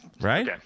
Right